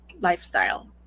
lifestyle